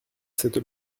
cette